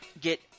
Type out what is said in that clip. get